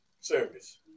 Service